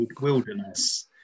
wilderness